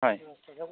হয়